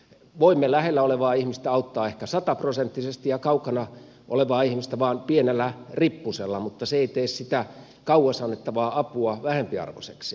voimme lähellä olevaa ihmistä auttaa ehkä sataprosenttisesti ja kaukana olevaa ihmistä vain pienellä rippusella mutta se ei tee sitä kauas annettavaa apua vähempiarvoiseksi